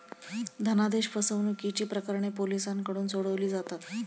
धनादेश फसवणुकीची प्रकरणे पोलिसांकडून सोडवली जातात